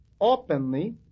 openly